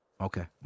Okay